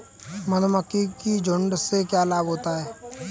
मधुमक्खी के झुंड से क्या लाभ होता है?